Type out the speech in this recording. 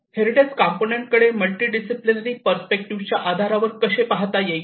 heritage component कडे multi disciplinary पर्स्पेक्टिव्हच्या आधारावर कशाप्रकारे पाहता येईल